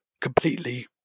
completely